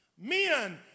Men